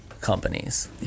companies